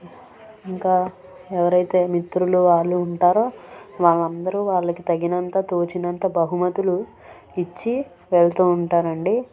ఇంకా ఎవరైతే మిత్రులు వాళ్ళు ఉంటారో వాళ్ళందరూ వాళ్ళకు తగినంత తోచినంత బహుమతులు ఇచ్చి వెళ్తూ ఉంటారండి